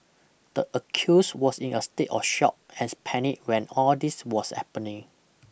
the accused was in a state of shock as panic when all this was happening